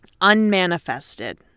unmanifested